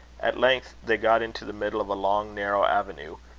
at length they got into the middle of a long narrow avenue,